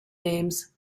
names